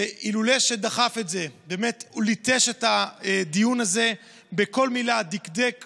שדחף את זה וליטש את הדיון בכל מילה ודקדק